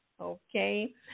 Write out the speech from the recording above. Okay